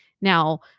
Now